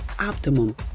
optimum